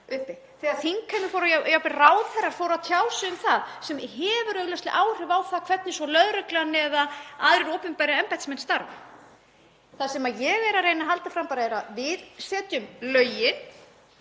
og þingheimur og jafnvel ráðherrar fóru að tjá sig um það sem hefur augljóslega áhrif á hvernig svo lögreglan eða aðrir opinberir embættismenn starfa. Það sem ég er að reyna að halda fram er að við setjum lögin,